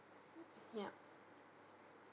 yup